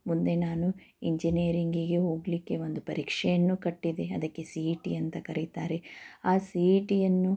ಮುಂದೆ ನಾನು ಇಂಜಿನಿಯರಿಂಗಿಗೆ ಹೋಗಲಿಕ್ಕೆ ಒಂದು ಪರೀಕ್ಷೆಯನ್ನು ಕಟ್ಟಿದೆ ಅದಕ್ಕೆ ಸಿ ಇ ಟಿ ಅಂತ ಕರಿತಾರೆ ಆ ಸಿ ಇ ಟಿಯನ್ನು